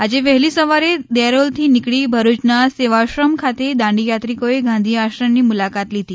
આજે વહેલી સવારે દેરોલથી નીકળી ભરૂચના સેવાશ્રમ ખાતે દાંડી યાત્રિકોએ ગાંધી આશ્રમની મુલાકાત લીધી